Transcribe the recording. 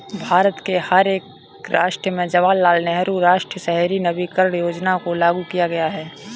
भारत के हर एक राज्य में जवाहरलाल नेहरू राष्ट्रीय शहरी नवीकरण योजना को लागू किया गया है